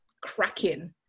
cracking